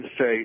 say